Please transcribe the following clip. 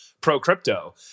pro-crypto